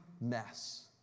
mess